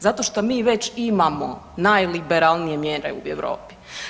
Zato što mi već imamo najliberalnije mjere u Europi.